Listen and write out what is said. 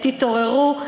תתעוררו.